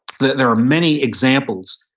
there there are many examples,